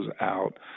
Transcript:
out